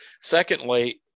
Secondly